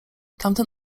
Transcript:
tamten